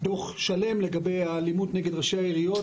דו"ח שלם לגבי האלימות נגד ראש העיריות,